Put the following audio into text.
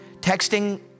texting